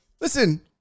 Listen